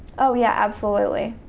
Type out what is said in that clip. oh yeah, absolutely.